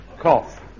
cough